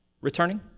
returning